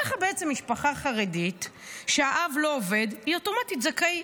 ככה בעצם משפחה חרדית שהאב לא עובד היא אוטומטית זכאית.